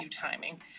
timing